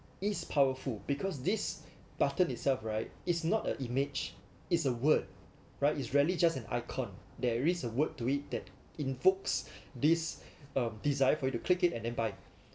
is powerful because this button itself right it's not a image is a word right is really just an icon there is a word to it that invokes this um desire for you to click it and then buy it